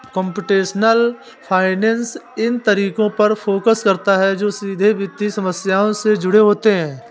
computational finance इन तरीकों पर फोकस करता है जो सीधे वित्तीय समस्याओं से जुड़े होते हैं